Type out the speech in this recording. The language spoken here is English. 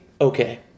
okay